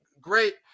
great